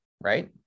right